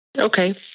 Okay